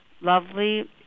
lovely